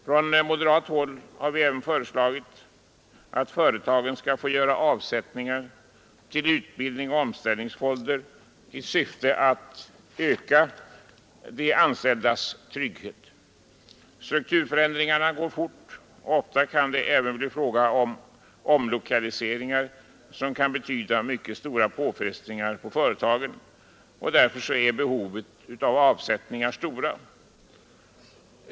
Från moderat håll har vi också föreslagit att företagen skall få göra avsättningar till utbildningsoch avsättningsfonder i syfte att öka de anställdas trygghet. Strukturförändringarna går fort, och ofta kan det också blir fråga om omlokaliseringar som kan betyda mycket stora påfrestningar på företagen. Därför är behovet av avsättningar stort.